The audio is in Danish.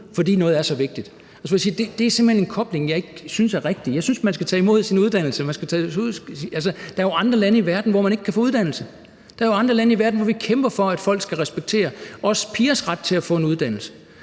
så vigtigt. Så må jeg sige, at det simpelt hen ikke er en kobling, jeg synes er rigtig. Jeg synes, man skal tage imod sin uddannelse. Altså, der er jo andre lande i verden, hvor man ikke kan få uddannelse. Der er jo andre lande i verden, hvor vi kæmper for, at folk også skal respektere pigers ret til at få en uddannelse.